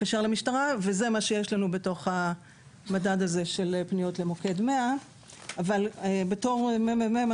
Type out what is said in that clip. וזה מה שיש לנו בתוך המדד הזה של פניות למוקד 100. אבל בתור ממ״מ,